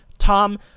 Tom